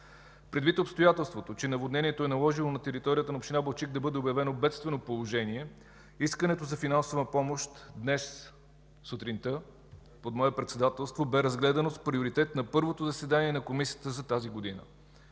Предвид обстоятелството, че наводнението е наложило на територията на община Балчик да бъде обявено бедствено положение искането за финансова помощ днес сутринта под мое председателство бе разгледано с приоритет на първото заседание на Комисията за тази година.